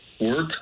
work